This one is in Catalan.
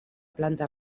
planta